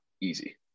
easy